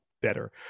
better